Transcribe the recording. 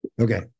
okay